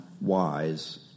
wise